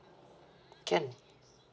can